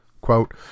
Quote